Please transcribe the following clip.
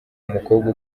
umukobwa